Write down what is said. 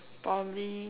probably